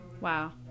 wow